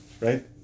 Right